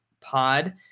pod